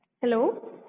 Hello